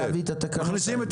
מכניסים את